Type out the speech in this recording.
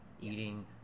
eating